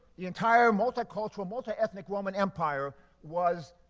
the entire multicultural, multiethnic woman empire was,